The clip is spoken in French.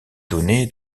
données